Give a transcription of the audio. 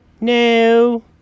No